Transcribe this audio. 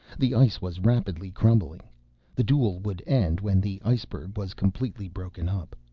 the ice was rapidly crumbling the duel would end when the iceberg was completely broken up.